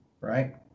right